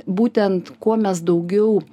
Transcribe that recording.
būtent kuo mes daugiau